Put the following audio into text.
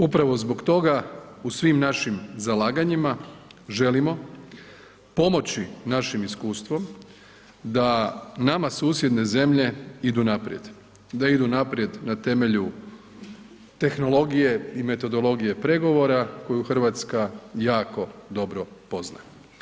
Upravo zbog toga u svim našim zalaganjima želimo pomoći našim iskustvom da nama susjedne zemlje idu naprijed, da idu naprijed na temelju tehnologije i metodologije pregovora koje Hrvatska jako dobro poznaje.